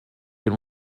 and